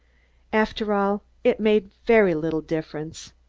after all, it made very little difference.